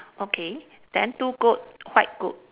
okay then two goat white goat